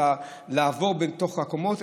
על המעבר בתוך הקומות,